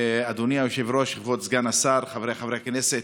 אדוני היושב-ראש, כבוד סגן השר, חבריי חברי הכנסת,